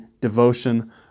devotion